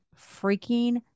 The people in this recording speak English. freaking